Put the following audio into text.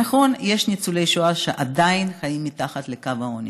נכון, יש ניצולי שואה שעדיין חיים מתחת לקו העוני,